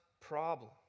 problem